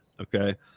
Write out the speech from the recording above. okay